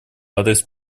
адрес